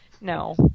no